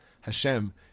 Hashem